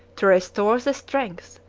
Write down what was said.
to restore the strength,